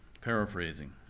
paraphrasing